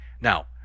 now